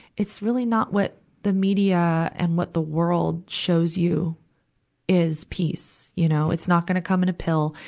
it's really not what the media and what the world shows you is peace, you know. it's not gonna come in a pill.